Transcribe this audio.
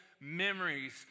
memories